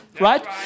Right